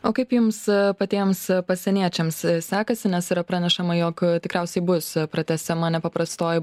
o kaip jums patiems pasieniečiams sekasi nes yra pranešama jog tikriausiai bus pratęsiama nepaprastoji